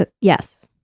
Yes